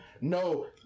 no